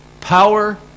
Power